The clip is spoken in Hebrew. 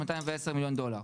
210 מיליון דולר.